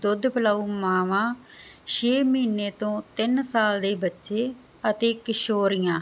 ਦੁੱਧ ਪਿਲਾਓ ਮਾਵਾਂ ਛੇ ਮਹੀਨੇ ਤੋਂ ਤਿੰਨ ਸਾਲ ਦੇ ਬੱਚੇ ਅਤੇ ਕਿਸ਼ੋਰੀਆਂ